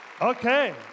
Okay